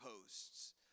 posts